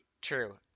True